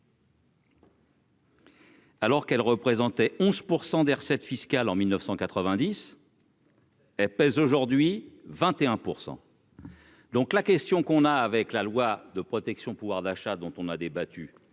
Alors qu'elle représentait 11 % des recettes fiscales en 1990. Elle pèse aujourd'hui 21 %. Donc la question qu'on a avec la loi de protection, pouvoir d'achat, dont on a débattu et